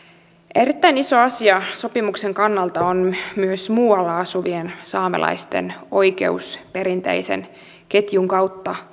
erittäin iso asia sopimuksen kannalta on myös muualla asuvien saamelaisten oikeus kalastaa tenolla perinteisen ketjun kautta